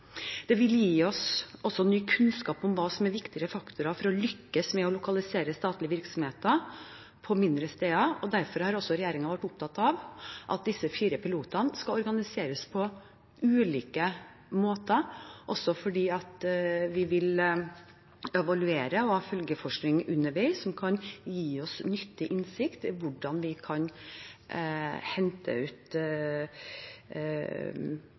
Det vil også gi oss ny kunnskap om hva som er viktige faktorer for å lykkes med å lokalisere statlige virksomheter på mindre steder. Derfor har regjeringen vært opptatt av at disse fire pilotene skal organiseres på ulike måter, fordi vi vil evaluere og ha følgeforskning underveis som kan gi oss nyttig innsikt i hvordan vi kan hente ut